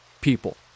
people